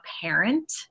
parent